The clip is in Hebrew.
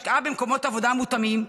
השקעה במקומות עבודה מותאמים,